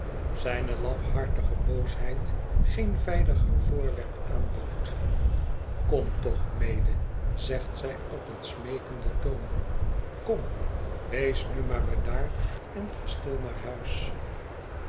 zijne lafhartige boosheid geen veiliger voorwerp aanbood kom toch medel zegt zij op een smeekenden toon kom wees nu maar bedaard en ga stil naar huis